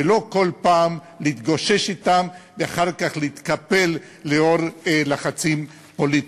ולא כל פעם להתגושש אתם ואחר כך להתקפל בגלל לחצים פוליטיים.